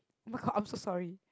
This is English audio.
oh my god I'm so sorry